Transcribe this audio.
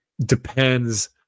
depends